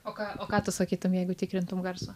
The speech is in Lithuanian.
o ką o ką tu sakytum jeigu tikrintum garsą